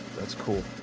that's cool.